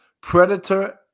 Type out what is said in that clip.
predator